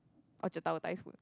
Orchard-Tower Thai's food